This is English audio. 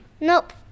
Nope